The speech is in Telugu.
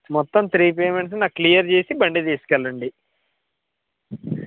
మొత్తం త్రీ పేమెంట్స్ నాకు క్లియర్ చేసి బండి తీసుకెళ్ళండి